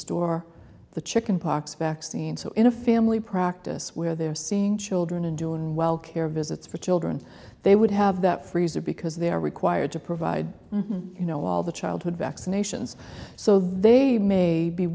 store the chicken pox vaccine so in a family practice where they're seeing children and do in well care visits for children they would have that freezer because they are required to provide you know all the childhood vaccinations so they may be